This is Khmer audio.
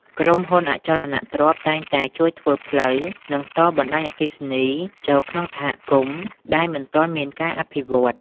ក្រុមហ៊ុន អចលនទ្រព្យ តែងតែជួយធ្វើផ្លូវ និងតបណ្ដាញអគ្គិសនីចូលក្នុងសហគមន៍ដែលមិនទាន់មានការអភិវឌ្ឍន៍។